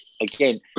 again